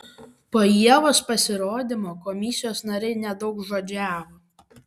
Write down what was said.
po ievos pasirodymo komisijos nariai nedaugžodžiavo